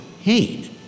pain